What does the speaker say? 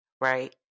right